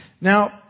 Now